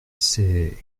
c’est